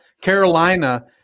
Carolina